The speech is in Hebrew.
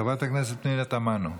חברת הכנסת פנינה תמנו.